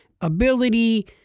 ability